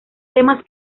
temas